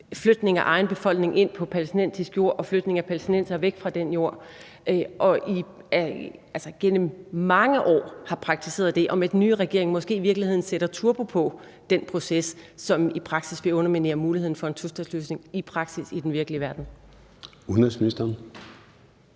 flytning af egen befolkning ind på palæstinensisk jord og flytning af palæstinensere væk fra den jord, og måske sætter den nye regering i virkeligheden turbo på den proces, som i praksis vil underminere muligheden for en tostatsløsning, altså i praksis og i den virkelige verden. Kl.